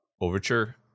overture